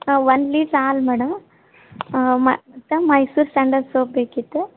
ಹಾಂ ಒಂದು ಲೀಟ್ರ್ ಹಾಲು ಮೇಡಮ್ ಮತ್ತು ಮೈಸೂರು ಸ್ಯಾಂಡಲ್ ಸೋಪ್ ಬೇಕಿತ್ತು